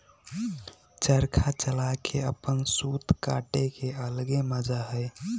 चरखा चला के अपन सूत काटे के अलगे मजा हई